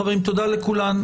חברים, תודה לכולם.